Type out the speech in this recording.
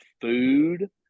food